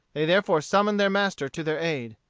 they therefore summoned their master to their aid.